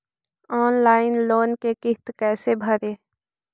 Online loan के किस्त कैसे भरे?